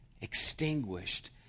extinguished